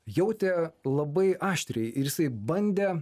jautė labai aštriai ir jisai bandė